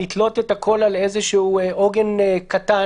לתלות את הכול על איזשהו עוגן קטן